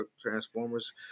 transformers